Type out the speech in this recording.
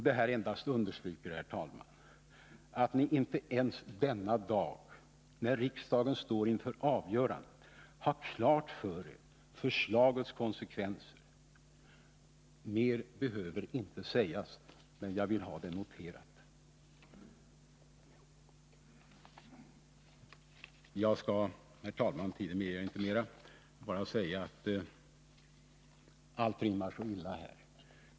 Det här endast understryker att ni inte ens denna dag, när riksdagen står inför avgörandet, har klart för er förslagets konsekvenser. Mer behöver inte sägas, men jag vill ha det noterat. statsverksamheten, Slutligen vill jag bara säga — tiden medger inte mer — att allt rimmar så illa» m. här.